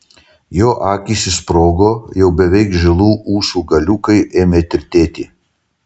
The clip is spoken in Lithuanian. jo akys išsprogo jau beveik žilų ūsų galiukai ėmė tirtėti